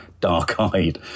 dark-eyed